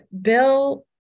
Bill